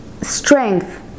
strength